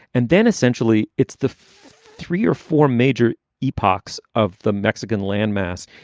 and then essentially it's the three or four major epochs of the mexican landmass.